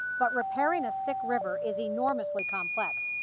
but repairing a sick river is enormously complex,